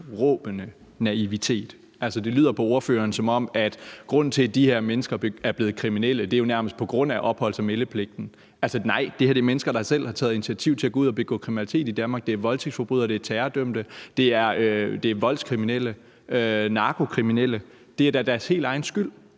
himmelråbende naivitet. Altså, det lyder på ordføreren, som om grunden til, at de her mennesker er blevet kriminelle, er opholds- og meldepligten. Nej, det her er mennesker, der selv har taget initiativ til at gå ud og begå kriminalitet i Danmark. Det er voldtægtsforbrydere, det er terrordømte, og det er voldskriminelle og narkokriminelle. Det er da deres helt egen skyld,